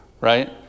right